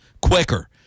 quicker